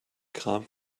kram